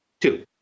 Two